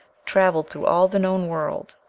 travelled through all the known world,